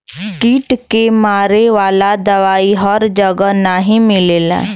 कीट के मारे वाला दवाई हर जगह नाही मिलला